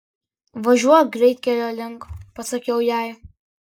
važiuok greitkelio link pasakiau jai